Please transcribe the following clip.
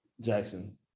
Jackson